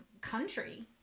country